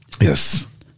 Yes